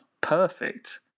perfect